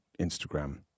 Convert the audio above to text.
Instagram